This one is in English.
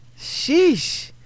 Sheesh